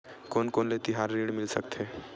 कोन कोन ले तिहार ऋण मिल सकथे?